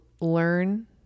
learn